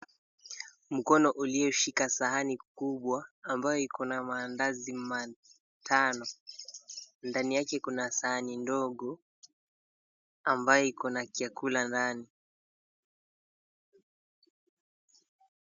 Mkono uliyoshika sahani kubwa ambayo iko na maandazi matano ndani yake kuna sahani ndogo ambayo iko na chakula ndani.